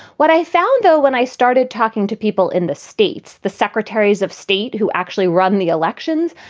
what i found, though, when i started talking to people in the states, the secretaries of state who actually run the elections,